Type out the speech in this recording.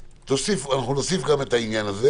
אנחנו נוסיף גם את העניין הזה